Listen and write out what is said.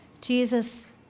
Jesus